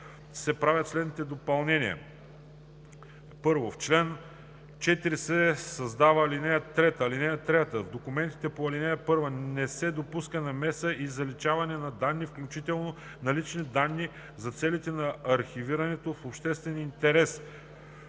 правят следните допълнения: